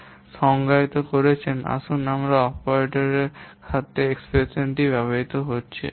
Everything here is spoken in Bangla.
আসুন অপারেশনগুলি সংজ্ঞায়িত করুন অপারেশনগুলি সেই পরিবর্তনশীল এবং ধ্রুবকগুলি যা অপারেটরগুলির সাথে এক্সপ্রেশনটিতে ব্যবহৃত হচ্ছে